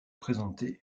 présenter